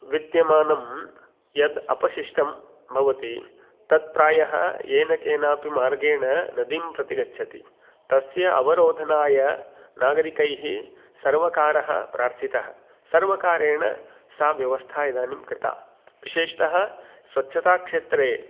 विद्यमानं यद् अपशिष्टं भवति तत् प्रायः येन केनापि मार्गेण नदीं प्रति गच्छति तस्य अवरोधनाय नागरिकैः सर्वकारः प्रार्थितः सर्वकारेण सा व्यवस्था इदानीं कृता विशेषतः स्वच्छताक्षेत्रे